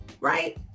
right